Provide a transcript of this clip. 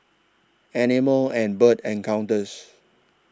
Animal and Bird Encounters